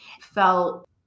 Felt